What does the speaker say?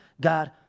God